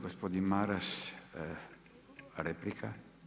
Gospodin Maras, replika.